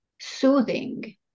soothing